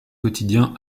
quotidien